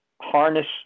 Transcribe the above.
harness